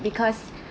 because